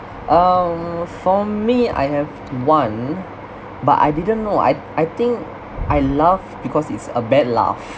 um for me I have one but I didn't know I I think I laughed because it's a bad laugh